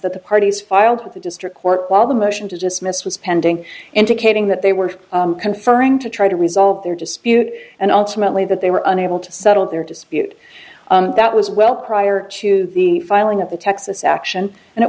that the parties filed with the district court while the motion to dismiss was pending indicating that they were conferring to try to resolve their dispute and ultimately that they were unable to settle their dispute that was well prior to the filing of the texas action and it